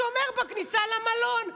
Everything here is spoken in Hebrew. השומר בכניסה למלון,